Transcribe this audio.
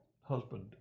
husband